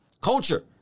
Culture